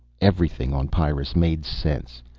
everything on pyrrus made sense.